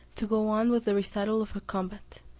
to go on with the recital of her combat,